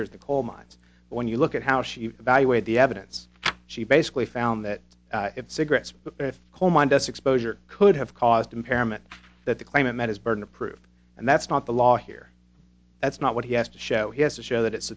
years the coal mines when you look at how she evaluate the evidence she basically found that cigarettes but if coal mine does exposure could have caused impairment that the claimant met his burden of proof and that's not the law here that's not what he has to show he has to show that it